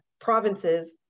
provinces